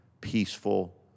peaceful